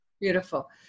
Beautiful